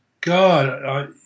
God